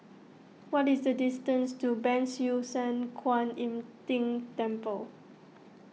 what is the distance to Ban Siew San Kuan Im Tng Temple